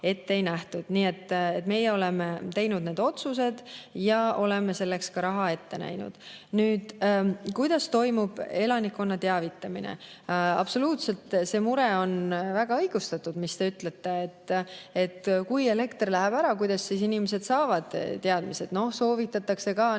ette ei nähtud. Nii et meie oleme teinud need otsused ja oleme selleks ka raha ette näinud. Kuidas toimub elanikkonna teavitamine? Absoluutselt, see mure on väga õigustatud, nagu te ütlete, et kui elekter läheb ära, kuidas siis inimesed teada saavad. Soovitatakse muretseda